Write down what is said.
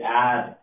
add